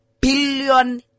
billion